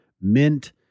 mint